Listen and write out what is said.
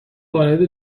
وارد